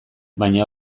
baina